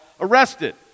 arrested